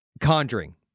conjuring